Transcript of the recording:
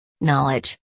Knowledge